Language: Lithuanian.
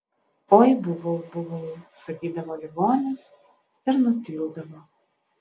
oi buvau buvau sakydavo ligonis ir nutildavo